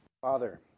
father